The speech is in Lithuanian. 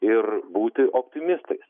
ir būti optimistais